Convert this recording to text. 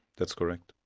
that's correct.